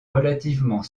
relativement